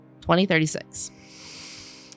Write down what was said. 2036